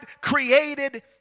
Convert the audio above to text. created